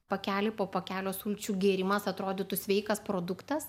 pakelį po pakelio sulčių gėrimas atrodytų sveikas produktas